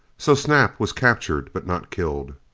so snap was captured but not killed.